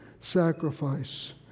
sacrifice